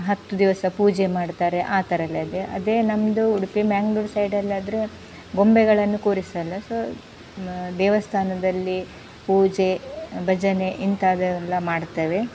ಹತ್ತು ದಿವಸ ಪೂಜೆ ಮಾಡ್ತಾರೆ ಆ ಥರಯೆಲ್ಲ ಇದೆ ಅದೇ ನಮ್ಮದು ಉಡುಪಿ ಮ್ಯಾಂಗ್ಳೂರ್ ಸೈಡಲ್ಲಾದರೆ ಗೊಂಬೆಗಳನ್ನು ಕೂರಿಸೊಲ್ಲ ಸೊ ದೇವಸ್ಥಾನದಲ್ಲಿ ಪೂಜೆ ಭಜನೆ ಇಂಥದವೆಲ್ಲ ಮಾಡ್ತೇವೆ